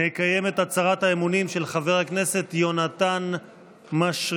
נקיים את הצהרת האמונים של חבר הכנסת יונתן מישרקי.